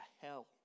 hell